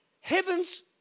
heaven's